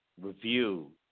review